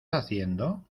haciendo